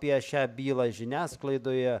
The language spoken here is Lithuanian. apie šią bylą žiniasklaidoje